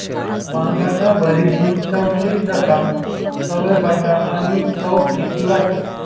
वांगाना भरीतनी चव ली दखा तवयं बटाटा नी चव फिकी वाटी